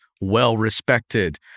well-respected